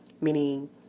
meaning